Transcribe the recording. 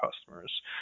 customers